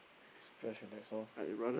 index lor